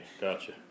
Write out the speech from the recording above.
Gotcha